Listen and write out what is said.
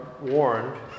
warned